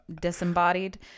disembodied